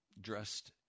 dressed